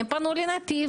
הם פנו לנתיב.